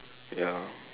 ya